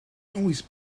always